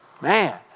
Man